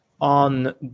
on